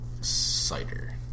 Cider